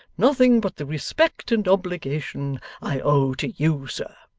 nothing but the respect and obligation i owe to you, sir